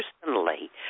personally